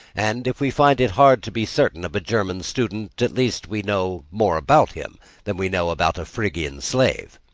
and if we find it hard to be certain of a german student, at least we know more about him than we know about a phrygian slave.